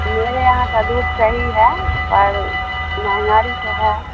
میرے یہاں کا دودھ صحیح ہے اور مہنگاری تو ہے